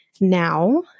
now